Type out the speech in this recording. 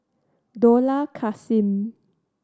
Dollah Kassim